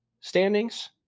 standings